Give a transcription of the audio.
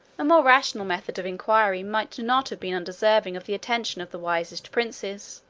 a more rational method of inquiry might not have been undeserving of the attention of the wisest princes,